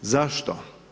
Zašto?